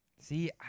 See